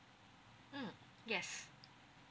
mm yes